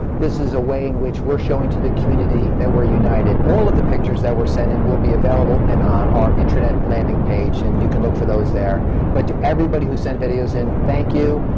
this is a way in which we're showing to the community that we're united. all of the pictures that were sent in will be available and on our intranet landing page, and you can look for those there, but to everybody who sent videos in, thank you.